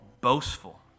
boastful